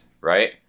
right